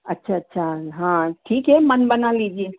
अच्छा अच्छा हाँ ठीक है मन बना लीजिए